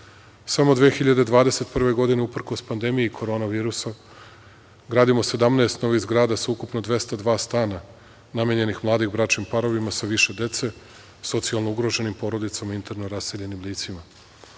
Samo 2021. godine, uprkos pandemiji korona virusa, gradimo 17 novih zgrada sa ukupno 202 stana namenjenih mladim bračnim parovima sa više dece, socijalno ugroženim porodicama i interno raseljenim licima.U